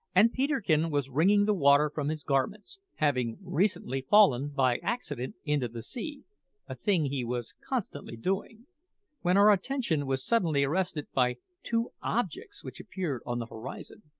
and peterkin was wringing the water from his garments, having recently fallen by accident into the sea a thing he was constantly doing when our attention was suddenly arrested by two objects which appeared on the horizon.